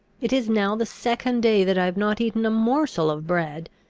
it is now the second day that i have not eaten a morsel of bread.